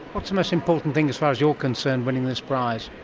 what's the most important thing as far as you're concerned winning this prize?